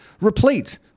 replete